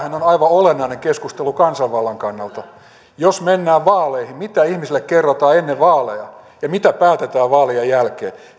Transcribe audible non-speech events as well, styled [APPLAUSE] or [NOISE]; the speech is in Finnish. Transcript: [UNINTELLIGIBLE] on aivan olennainen keskustelu kansanvallan kannalta eli jos mennään vaaleihin niin mitä ihmisille kerrotaan ennen vaaleja ja mitä päätetään vaalien jälkeen